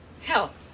health